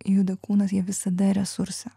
juda kūnas jie visada resursą